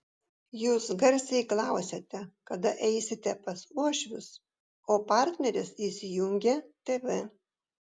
jūs garsiai klausiate kada eisite pas uošvius o partneris įsijungia tv